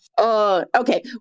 Okay